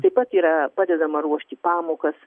taip pat yra padedama ruošti pamokas